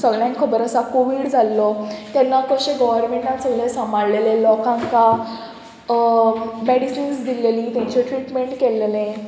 सगल्यांक खबर आसा कोवीड जाल्लो तेन्ना कशें गोवोरमेंटान सगलें सांबाळलेले लोकांका मॅडिसिन्स दिल्लेलीं तांचे ट्रिटमेंट केल्लेलें